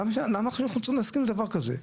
למה אנחנו צריכים להסכים לדבר כזה?